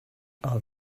are